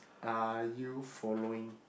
are you following